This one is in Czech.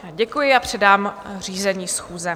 Děkuji a předám řízení schůze.